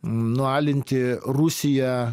nualinti rusiją